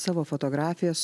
savo fotografijas